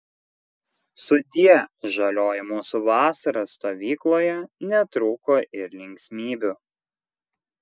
sudie žalioji mūsų vasara stovykloje netrūko ir linksmybių